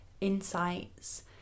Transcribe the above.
insights